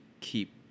keep